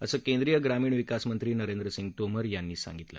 असं केंद्रीय ग्रामीण विकासमंत्री नरेंद्र सिंग तोमर यांनी सांगितलं